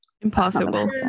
Impossible